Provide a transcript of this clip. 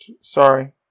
sorry